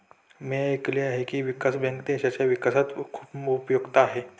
मी ऐकले आहे की, विकास बँक देशाच्या विकासात खूप उपयुक्त आहे